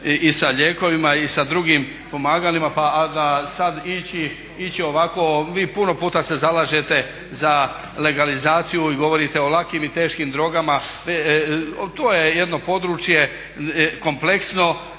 i sa lijekovima i sa drugim pomagalima, a da sad ići ovako. Vi puno puta se zalažete za legalizaciju i govorite o lakim i teškim drogama. To je jedno područje kompleksno